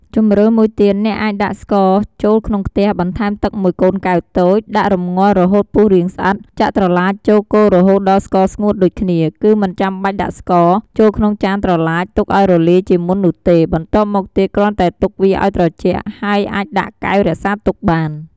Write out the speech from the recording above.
ជម្រើសមួយទៀត អ្នកអាចដាក់ស្ករចូលក្នុងខ្ទះ បន្ថែមទឹកមួយកូនកែវតូច ដាក់រំងាស់រហូតពុះរាងស្អិត ចាក់ត្រឡាចចូលកូររហូតដល់ស្ករស្ងួតដូចគ្នា គឺមិនចាំបាច់ដាក់ស្ករ ចូលក្នុងចានត្រឡាចទុកឱ្យរលាយជាមុននោះទេ បន្ទាប់មកទៀតគ្រាន់តែទុកវាឱ្យត្រជាក់ ហើយអាចដាក់កែវរក្សាទុកបាន។